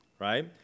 right